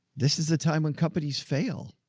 this is the time when companies fail.